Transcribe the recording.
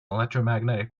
electromagnetic